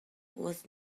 was